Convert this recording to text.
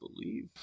believe